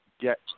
get